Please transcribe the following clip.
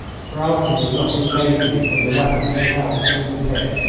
ferralti was looking vaguely from the weapon he held to the pit,